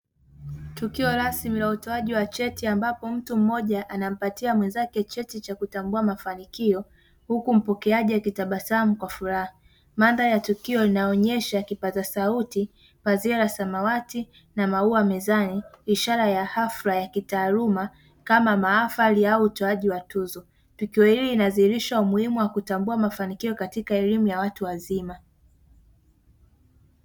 Tukio rasmi la utoaji wa cheti ambapo mtu mmoja anampatia mwenzake cheti cha kutambua mafanikio huku mpokeaji akitabasamu kwa furaha madhanzari ya tukio inaonyesha kipaza sauti pazia la samawati na maua mezani ishara ya hafla ya kitaaluma kama mahafali au utoaji wa tuzo .Tukio hili linazihilisha umuhimu wa kutambua mafanikio katika elimu ya watu wazima.